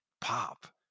pop